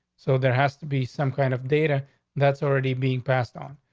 so there has to be some kind of data that's already being passed on.